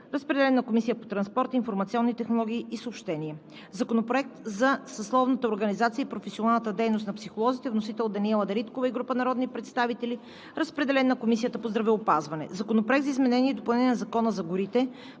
разпределен е и на Комисията по транспорт, информационни технологии и съобщения. Законопроект за съсловните организации и професионалната дейност на психолозите. Вносител – Даниела Дариткова и група народни представители. Разпределен е на Комисията по здравеопазване. Законопроект за изменение и допълнение на Закона за горите.